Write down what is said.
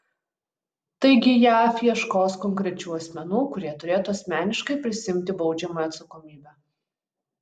taigi jav ieškos konkrečių asmenų kurie turėtų asmeniškai prisiimti baudžiamąją atsakomybę